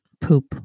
poop